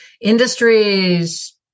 industries